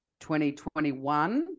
2021